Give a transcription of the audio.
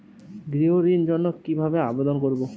গৃহ ঋণ জন্য কি ভাবে আবেদন করব?